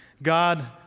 God